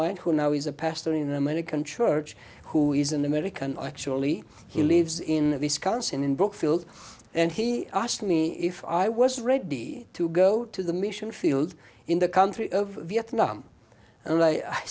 mine who now is a pastor in american church who is an american actually he lives in wisconsin in brookfield and he asked me if i was ready to go to the mission field in the country of vietnam and